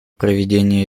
проведение